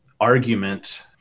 argument